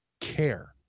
care